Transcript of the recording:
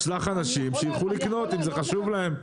תשלח אנשים שילכו לקנות אם זה חשוב להם.